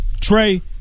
Trey